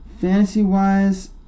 fantasy-wise